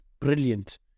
brilliant